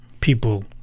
people